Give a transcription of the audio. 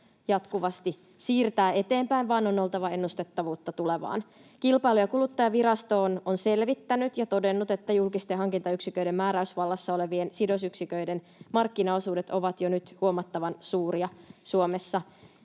jatkuvasti siirtää eteenpäin, vaan on oltava ennustettavuutta tulevaan. Kilpailu- ja kuluttajavirasto on selvittänyt ja todennut, että julkisten hankintayksiköiden määräysvallassa olevien sidosyksiköiden markkinaosuudet ovat jo nyt huomattavan suuria Suomessa.